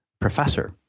professor